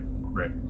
right